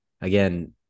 again